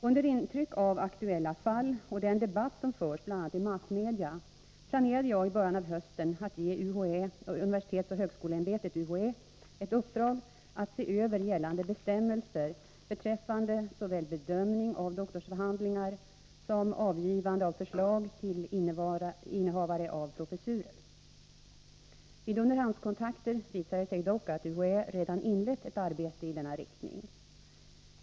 Under intryck av aktuella fall och den debatt som förts i bl.a. massmedia planerade jag i början av hösten att ge universitetsoch högskoleämbetet ett uppdrag att se över gällande bestämmelser beträffande såväl bedömning av doktorsavhandlingar som avgivande av förslag till innehavare av professurer. Vid underhandskontakter visade det sig dock att UHÄ redan inlett ett arbete i denna riktning.